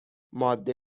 ماده